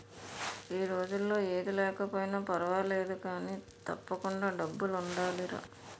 ఈ రోజుల్లో ఏది లేకపోయినా పర్వాలేదు కానీ, తప్పకుండా డబ్బులుండాలిరా